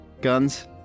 guns